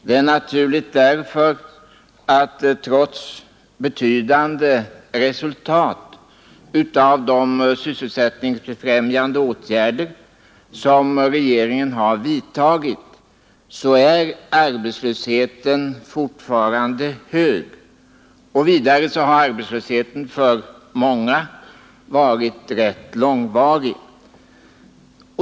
Det är naturligt därför att trots betydande resultat av de sysselsättningsbefrämjande åtgärder som regeringen vidtagit är arbetslösheten fortfarande hög. Vidare har arbetslösheten för många varit rätt långvarig.